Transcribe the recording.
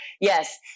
yes